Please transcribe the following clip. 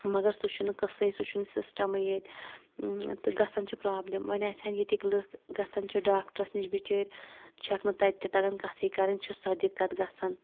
مَگر سُہ چھُنہٕ قصٕے سُہ چھُنہٕ سِسٹمٕے ییٚتہِ تہٕ گژھان چھِ پروبلِم وۄنۍ آسن ییٚتِکۍ لُکھ گژھان چھِ ڈاکٹرَس نِش بِچٲرۍ چھَکھ نہٕ تَتہِ تہ تَگان کَتھٕے کَرٕنۍ چھ سۄ دِکَت گژھان